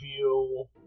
feel